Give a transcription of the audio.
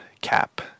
cap